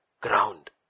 ground